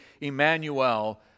Emmanuel